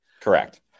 Correct